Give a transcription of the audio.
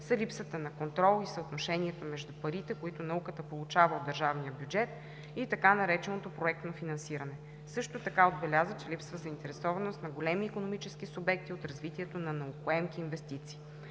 са липсата на контрол и съотношението между парите, които науката получава от държавния бюджет, и така нареченото „проектно финансиране“. Също така отбеляза, че липсва заинтересованост на големи икономически субекти от развитието на наукоемки инвестиции.